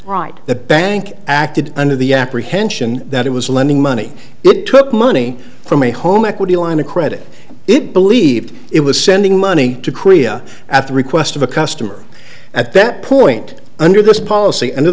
right the bank acted under the apprehension that it was lending money it took money from a home equity line of credit it believed it was sending money to korea at the request of a customer at that point under this policy and